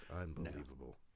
Unbelievable